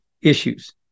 issues